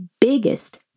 biggest